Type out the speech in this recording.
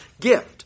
gift